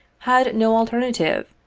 had no alternative,